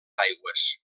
aigües